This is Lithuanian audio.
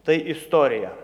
tai istorija